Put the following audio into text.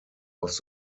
was